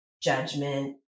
judgment